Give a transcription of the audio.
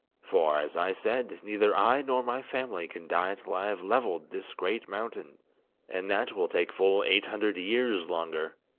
for, as i said, neither i nor my family can die till i have levelled this great mountain and that will take full eight hundred years longer.